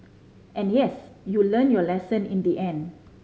and yes you learnt your lesson in the end